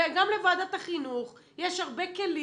גם לוועדת החינוך יש הרבה כלים.